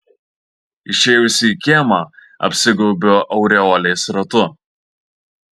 išėjusi į kiemą apsigaubiu aureolės ratu